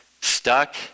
stuck